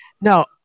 No